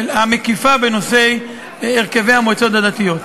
המקיפה בנושא הרכבי המועצות הדתיות.